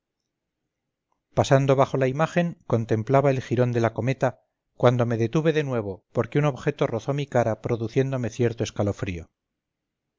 pasando bajo la imagen contemplaba el jirón de la cometa cuando me detuve de nuevo porque un objeto rozó mi cara produciéndome cierto escalofrío